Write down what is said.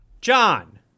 John